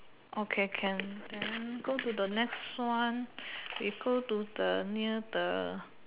okay can can go to the next one we go to the near the